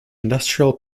industrial